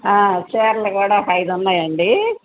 చీరలు కూడా ఒక ఐదు ఉన్నాయండి